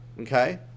okay